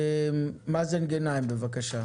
מאזן גנאים, בבקשה.